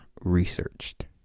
researched